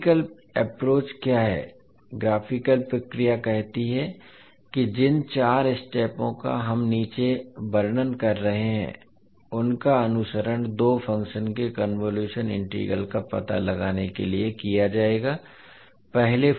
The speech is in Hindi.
ग्राफिकल प्रक्रिया क्या है ग्राफिकल प्रक्रिया कहती है कि जिन चार स्टेपों का हम नीचे वर्णन कर रहे हैं उनका अनुसरण दो फंक्शन के कन्वोलुशन इंटीग्रल का पता लगाने के लिए किया जाएगा